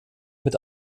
mit